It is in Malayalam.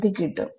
ഇത് കിട്ടും